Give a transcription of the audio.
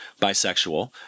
bisexual